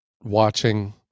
watching